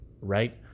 right